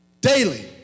daily